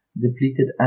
depleted